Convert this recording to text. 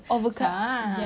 overcome